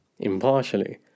Impartially